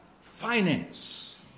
finance